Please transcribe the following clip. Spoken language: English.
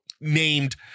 named